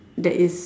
that is